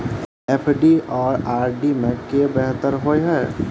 FD आ RD मे केँ सा बेहतर होइ है?